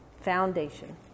foundation